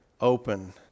open